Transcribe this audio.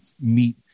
meet